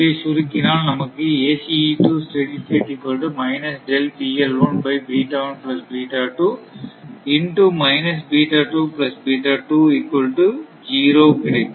இதை சுருக்கினால் நமக்கு கிடைக்கும்